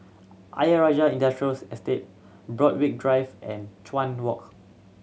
Ayer Rajah Industrial Estate Borthwick Drive and Chuan Walk